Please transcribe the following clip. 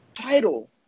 title